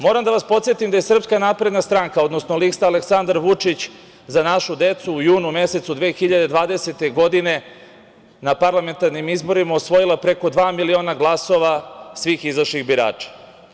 Moram da vas podsetim da je SNS, odnosno lista Aleksandar Vučić – Za našu decu u junu mesecu 2020. godine na parlamentarnim izborima osvojila preko dva miliona glasova svih izašlih birača.